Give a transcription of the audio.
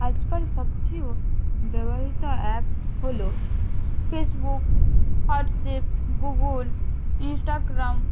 আজকাল সবচেয়েও ব্যবহৃত অ্যাপ হলো ফেসবুক হোয়াটসঅ্যাপ গুগল ইনস্টাগ্রাম